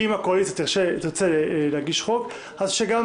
אם הקואליציה תרצה להגיש הצעת חוק אז שגם